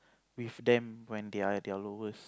with them when they are at their lowest